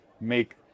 make